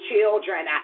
children